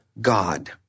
God